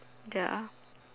ya